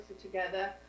together